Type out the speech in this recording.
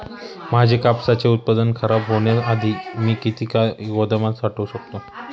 माझे कापसाचे उत्पादन खराब होण्याआधी मी किती काळ गोदामात साठवू शकतो?